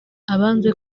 abanze